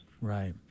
right